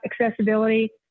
accessibility